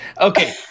Okay